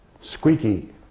squeaky